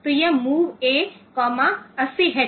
तो यह Mov A 80 H